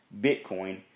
Bitcoin